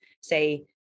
say